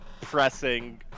pressing